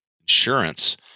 insurance